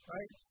Right